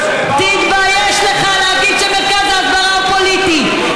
תתבייש לך להגיד שמרכז ההסברה הוא פוליטי.